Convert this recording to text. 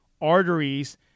arteries